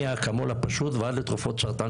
מאקמול פשוט ועד לתרופות לסרטן,